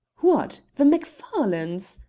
what! the macfarlanes,